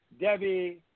Debbie